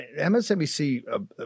MSNBC